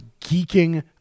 geeking